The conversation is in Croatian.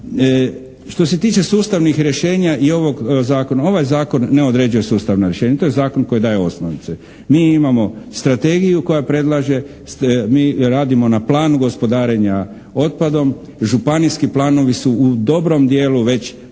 što se tiče sustavnih rješenja i ovog zakona ovaj zakon ne određuje sustavno rješenje, to je zakon koji daje osnovicu. Mi imamo strategiju koja predlaže, mi radimo na planu gospodarenja otpadom. Županijski planovi su u dobrom dijelu već predloženi,